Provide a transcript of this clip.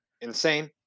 insane